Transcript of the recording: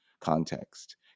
context